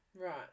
Right